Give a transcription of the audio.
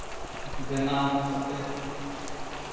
ᱵᱮᱱᱟᱣ ᱠᱟᱛᱮᱫ